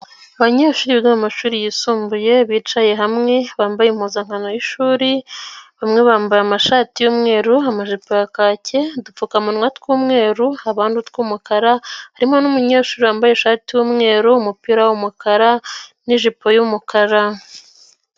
Abanyeshuri biga mu mumashuri yisumbuye bicaye hamwe, bambaye impuzankano y'ishuri, bamwe bambaye amashati y'umweru, amajipo kake, udupfukamunwa tw'umweru, abandi utw'umukara, harimo n'umunyeshuri wambaye ishati y'umweru, umupira w'umukara n'ijipo y'umukara.